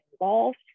involved